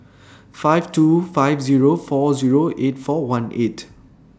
five two five Zero four Zero eight four one eight